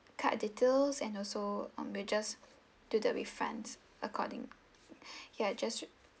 cart details and also um we'll just do the refunds accordingly ya just